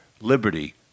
liberty